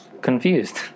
confused